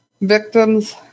Victims